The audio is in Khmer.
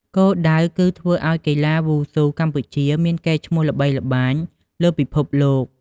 គោលដៅគឺធ្វើឲ្យកីឡាវ៉ូស៊ូកម្ពុជាមានកេរ្តិ៍ឈ្មោះល្បីល្បាញលើពិភពលោក។